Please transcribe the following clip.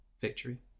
victory